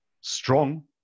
Strong